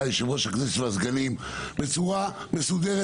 יושב-ראש הכנסת והסגנים בצורה מסודרת,